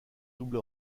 double